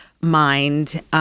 mind